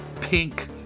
pink